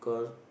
bacause